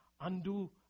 undo